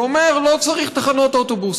שאומר: לא צריך תחנות אוטובוס,